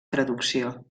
traducció